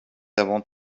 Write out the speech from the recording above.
avons